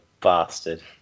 bastard